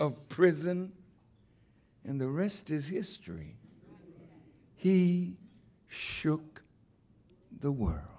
of prison and the rest is history he shook the work